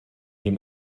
dem